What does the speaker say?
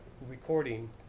recording